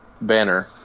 banner